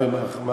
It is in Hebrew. לא עם המאכלים,